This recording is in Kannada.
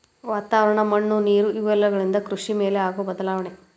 ವಾತಾವರಣ, ಮಣ್ಣು ನೇರು ಇವೆಲ್ಲವುಗಳಿಂದ ಕೃಷಿ ಮೇಲೆ ಆಗು ಬದಲಾವಣೆ